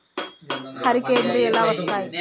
హరికేన్లు ఎలా వస్తాయి?